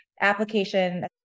application